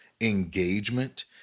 engagement